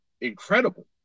incredible